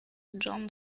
john